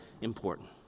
important